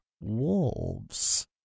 wolves